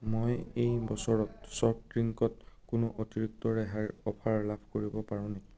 মই এই বছৰত ছট ৰিংকত কোনো অতিৰিক্ত ৰেহাইৰ অফাৰ লাভ কৰিব পাৰোঁ নেকি